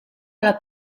alla